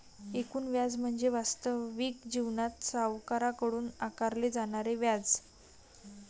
एकूण व्याज म्हणजे वास्तविक जीवनात सावकाराकडून आकारले जाणारे व्याज